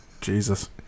Jesus